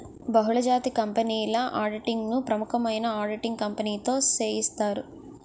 బహుళజాతి కంపెనీల ఆడిటింగ్ ను ప్రముఖమైన ఆడిటింగ్ కంపెనీతో సేయిత్తారు